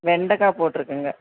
வெண்டக்காய் போட்டுருக்கங்க